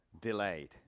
delayed